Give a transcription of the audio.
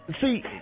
See